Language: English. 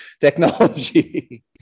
technology